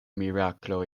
miraklo